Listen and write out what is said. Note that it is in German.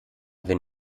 wenn